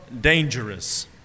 dangerous